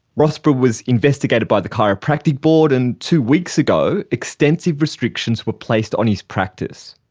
rossborough was investigated by the chiropractic board, and two weeks ago extensive restrictions were placed on his practice.